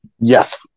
Yes